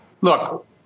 Look